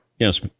Yes